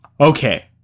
Okay